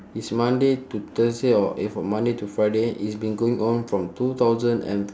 it's monday to thursday or eh from monday to friday it's been going on from two thousand and